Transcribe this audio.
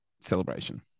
celebration